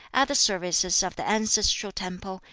at the services of the ancestral temple,